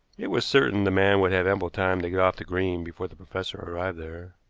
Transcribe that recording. it was certain the man would have ample time to get off the green before the professor arrived there.